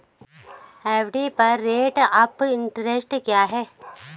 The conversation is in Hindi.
एफ.डी पर रेट ऑफ़ इंट्रेस्ट क्या है?